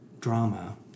drama